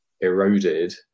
eroded